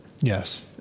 Yes